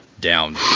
down